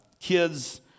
Kids